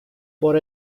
for